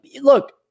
Look